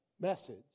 message